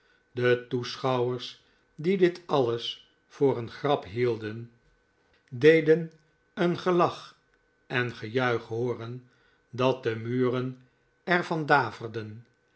de toeschouwers die dit alles voor een grap hielden deden een gelach en gejuich hooren dat de muren er